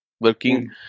working